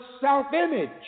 self-image